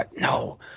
No